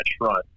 front